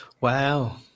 Wow